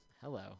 Hello